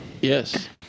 Yes